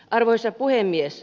arvoisa puhemies